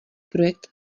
projekt